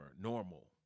normal